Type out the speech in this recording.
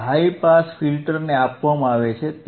તે high pass ફિલ્ટરને આપવામાં આવે છે